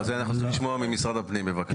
את זה אנחנו רוצים לשמוע ממשרד הפנים, בבקשה.